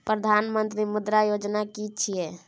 प्रधानमंत्री मुद्रा योजना कि छिए?